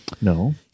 No